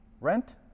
Rent